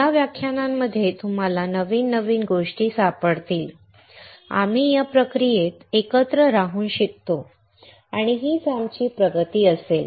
त्या व्याख्यानांमध्ये तुम्हाला नवीन गोष्टी सापडतील आणि आम्ही या प्रक्रियेत एकत्र राहून शिकतो आणि हीच आमची प्रगती असेल